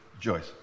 Joyce